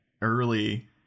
early